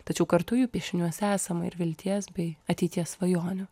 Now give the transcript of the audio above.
tačiau kartu jų piešiniuose esama ir vilties bei ateities svajonių